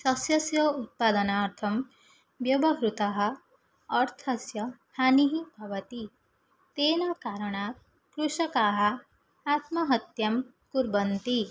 सस्यस्य उत्पादनार्थं व्यवहृत अर्थस्य हानिः भवति तेन कारणात् कृषकाः आत्महत्यां कुर्वन्ति